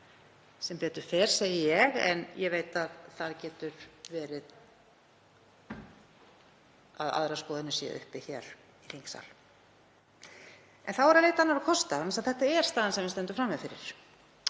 Sem betur fer, segi ég, en ég veit að það getur verið að aðrar skoðanir séu uppi hér í þingsal. En þá er að leita annarra kosta vegna þess að þetta er staðan sem við stöndum frammi fyrir.